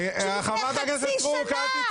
לפני חצי שנה --- חברת הכנסת סטרוק,